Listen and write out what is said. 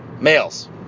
males